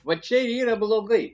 va čia yra blogai